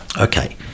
Okay